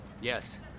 Yes